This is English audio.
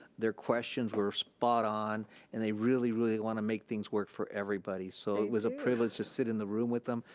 their questions were spot on and they really, really wanna make things work for everybody. so, it was a privilege to sit in the room with them.